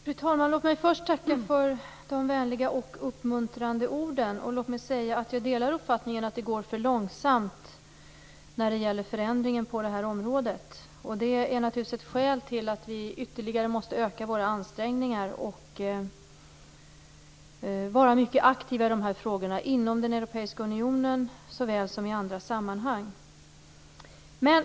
Fru talman! Låt mig först tacka för de vänliga och uppmuntrande orden. Jag delar uppfattningen att det går för långsamt när det gäller förändringen på det här området. Det är naturligtvis ett skäl till att vi ytterligare måste öka våra ansträngningar och vara mycket aktiva i de här frågorna inom den europeiska unionen såväl som i andra sammanhang.